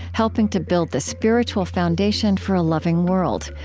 helping to build the spiritual foundation for a loving world.